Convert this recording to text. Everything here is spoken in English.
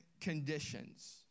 conditions